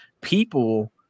people